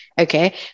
Okay